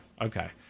okay